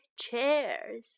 chairs